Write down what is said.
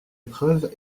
épreuve